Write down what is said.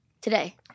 Today